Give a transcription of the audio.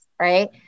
right